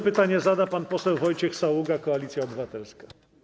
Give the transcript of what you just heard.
Pytanie zada pan poseł Wojciech Saługa, Koalicja Obywatelska.